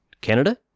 Canada